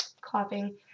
clapping